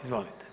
Izvolite.